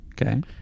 Okay